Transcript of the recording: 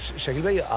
shakeel bhai.